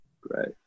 Great